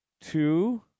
two